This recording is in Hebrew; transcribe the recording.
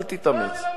אל תתאמץ.